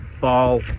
ball